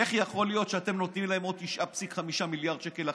איך יכול להיות שאתם נותנים להם עוד 9.5 מיליארד שקל לחינוך?